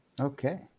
Okay